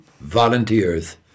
Volunteers